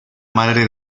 madre